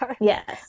Yes